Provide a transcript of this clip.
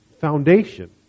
foundation